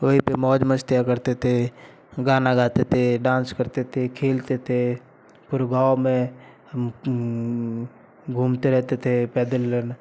वहीं पे मौज मस्तियाँ करते थे गाना गाते थे डांस करते थे खेलते थे पूरे गाँव में हम घूमते रहते थे पैदल